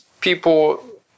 people